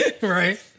Right